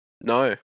No